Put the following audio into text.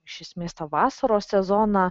iš esmės tą vasaros sezoną